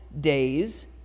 days